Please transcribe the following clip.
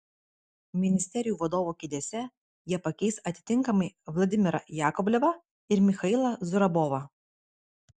ministerijų vadovų kėdėse jie pakeis atitinkamai vladimirą jakovlevą ir michailą zurabovą